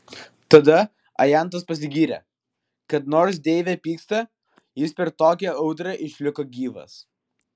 tada ajantas pasigyrė kad nors deivė pyksta jis per tokią audrą išliko gyvas